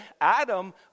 Adam